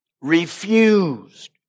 refused